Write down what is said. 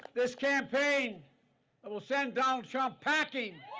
this campaign but will send donald trump packing.